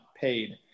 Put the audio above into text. paid